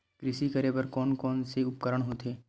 कृषि करेबर कोन कौन से उपकरण होथे?